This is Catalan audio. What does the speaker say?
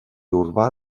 urbà